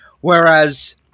Whereas